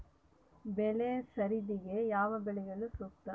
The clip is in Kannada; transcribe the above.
ಬೆಳೆ ಸರದಿಗೆ ಯಾವ ಬೆಳೆಗಳು ಸೂಕ್ತ?